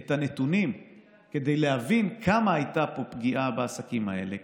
את הנתונים כדי להבין כמה הייתה פה פגיעה בעסקים האלה,